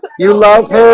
you love